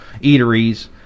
eateries